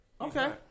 Okay